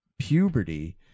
puberty